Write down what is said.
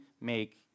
make